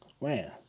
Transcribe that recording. man